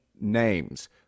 names